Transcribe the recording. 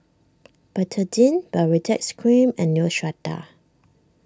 Betadine Baritex Cream and Neostrata